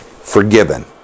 forgiven